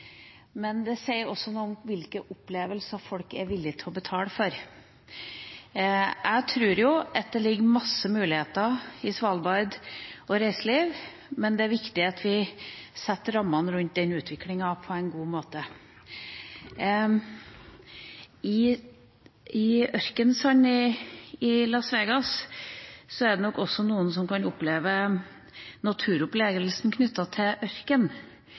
men det sier noe om hvilke opplevelser folk er villige til å betale for. Jeg tror at det ligger mange muligheter i Svalbard og reiseliv, men det er viktig at vi setter rammene rundt den utviklingen på en god måte. I ørkensanden i Las Vegas er det nok også noen som kan